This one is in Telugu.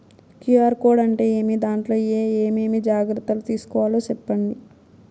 క్యు.ఆర్ కోడ్ అంటే ఏమి? దాంట్లో ఏ ఏమేమి జాగ్రత్తలు తీసుకోవాలో సెప్పండి?